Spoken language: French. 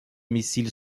missile